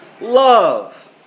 love